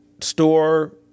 store